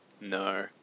No